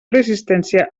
resistència